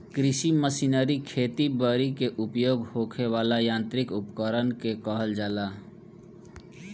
कृषि मशीनरी खेती बरी में उपयोग होखे वाला यांत्रिक उपकरण के कहल जाला